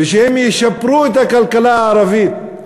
ושהם ישפרו את הכלכלה הערבית.